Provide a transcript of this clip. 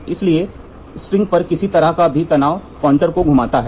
इसलिए स्ट्रिंग पर किसी तरह का भी तनाव प्वाइंटर को घुमाता है